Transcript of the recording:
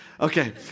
Okay